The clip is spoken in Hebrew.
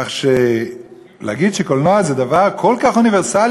כך שלהגיד שקולנוע זה דבר כל כך אוניברסלי